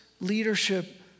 leadership